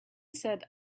said